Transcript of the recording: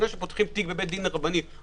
לפני שפותחים בבית דין רבני,